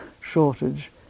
shortage